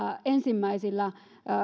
ensimmäisillä